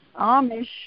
Amish